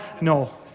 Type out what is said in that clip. No